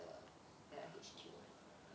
the H_Q [one]